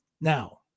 Now